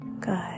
Good